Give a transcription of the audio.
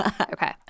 Okay